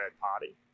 party